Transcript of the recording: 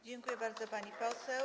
Dziękuję bardzo, pani poseł.